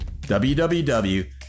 www